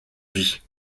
vie